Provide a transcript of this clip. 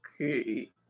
Okay